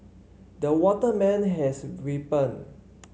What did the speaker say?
the watermelon has ripened